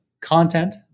content